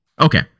Okay